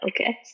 okay